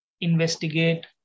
investigate